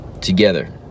together